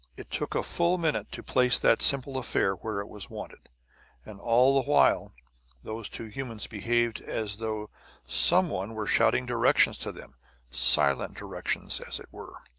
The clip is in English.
it took a full minute to place that simple affair where it was wanted and all the while those two humans behaved as though some one were shouting directions to them silent directions, as it were.